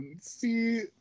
See